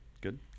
Good